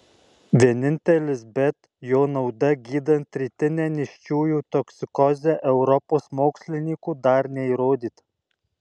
vienintelis bet jo nauda gydant rytinę nėščiųjų toksikozę europos mokslininkų dar neįrodyta